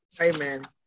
Amen